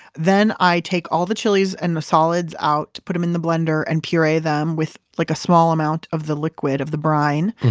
then i take all the chilies and the solids out, put them in the blender, and puree them with like a small amount, of the liquid, of the brine.